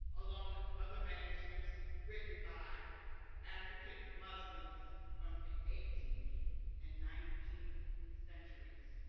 along with other manuscripts written by african muslims from the eighteenth and nineteenth centuries.